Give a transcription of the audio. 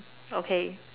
okay